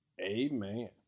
amen